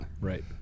right